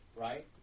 Right